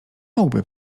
mógłby